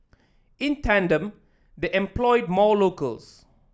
in tandem they employed more locals